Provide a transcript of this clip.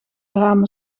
ramen